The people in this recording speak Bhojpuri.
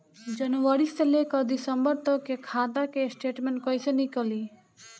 जनवरी से लेकर दिसंबर तक के खाता के स्टेटमेंट कइसे निकलि?